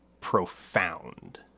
profound.